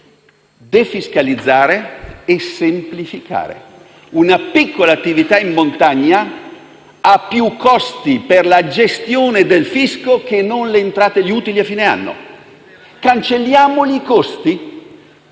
defiscalizzare e semplificare. Una piccola attività in montagna ha più costi per la gestione del fisco che utili a fine anno. Cancelliamole i costi: